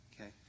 Okay